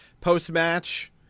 Post-match